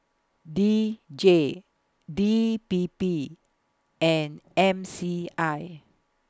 D J D P P and M C I